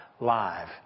live